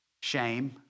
Shame